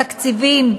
התקציבים,